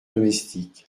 domestique